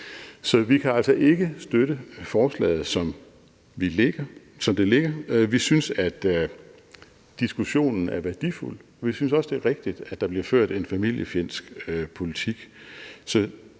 Så vi kan altså ikke støtte forslaget, som det ligger, men vi synes, at diskussionen er værdifuld, og vi synes også, det er rigtigt, som det bliver sagt, at der bliver ført en familiefjendsk politik,